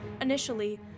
Initially